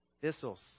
Thistles